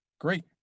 Great